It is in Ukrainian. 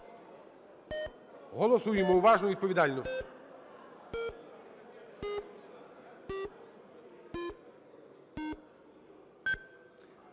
Голосуємо уважно і відповідально.